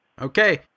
Okay